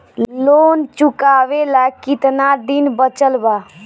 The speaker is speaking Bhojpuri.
लोन चुकावे ला कितना दिन बचल बा?